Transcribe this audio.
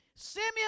Simeon